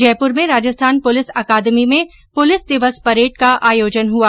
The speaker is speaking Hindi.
जयपुर में राजस्थान पुलिस अकादमी में पुलिस दिवस परेड का आयोजन हुआ